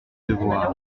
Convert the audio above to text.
devoir